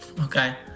Okay